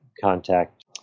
contact